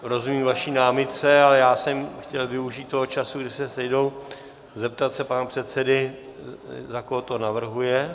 Rozumím vaší námitce, ale já jsem chtěl využít toho času, kdy se sejdou, zeptat se pana předsedy, za koho to navrhuje.